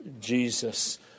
Jesus